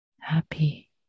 happy